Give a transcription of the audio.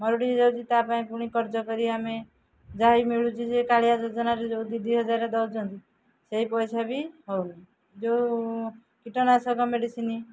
ମରୁଡ଼ି ହେଇଯାଉଛି ତା ପାଇଁ ପୁଣି କରଜ କରି ଆମେ ଯାହା ମିଳୁଛି ଯେ କାଳିଆ ଯୋଜନାରେ ଯେଉଁ ଦୁଇ ଦୁଇ ହଜାର ଦଉଛନ୍ତି ସେଇ ପଇସା ବି ହଉନ ଯେଉଁ କୀଟନାଶକ ମେଡ଼ିସିନ୍